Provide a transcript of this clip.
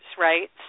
right